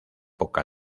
poca